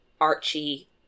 Archie